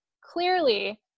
clearly